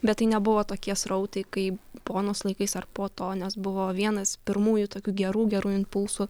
bet tai nebuvo tokie srautai kaip bonos laikais ar po to nes buvo vienas pirmųjų tokių gerų gerų impulsų